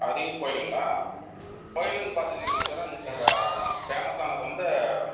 அதிகம் கோயிலுங்களா கோயிலுன்னு பார்த்துக்கினீங்கன்னா சார் இங்கே ஃபேமஸ்ஸானது வந்து